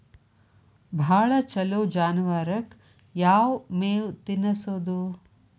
ಭಾಳ ಛಲೋ ಜಾನುವಾರಕ್ ಯಾವ್ ಮೇವ್ ತಿನ್ನಸೋದು?